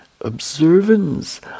observance